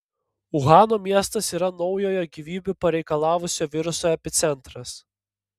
uhano miestas yra naujojo gyvybių pareikalavusio viruso epicentras